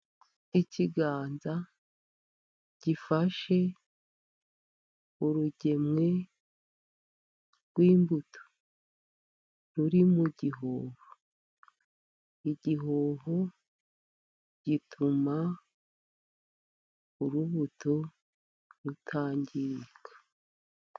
Ikiganza gifashe urugemwe rw'imbuto ruri mu gihoho. Igihoho gituma urubuto rutangirika.